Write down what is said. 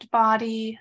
body